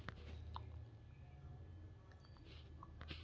ಆಕಳಿನ ಗೋಮೂತ್ರ ಆರೋಗ್ಯಕ್ಕ ಒಳ್ಳೆದಾ ಕೆಟ್ಟದಾ?